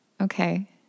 Okay